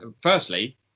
firstly